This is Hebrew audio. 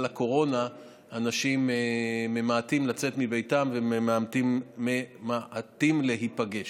הקורונה אנשים ממעטים לצאת מביתם וממעטים להיפגש.